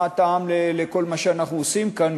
מה הטעם לכל מה שאנחנו עושים כאן,